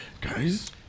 guys